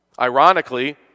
ironically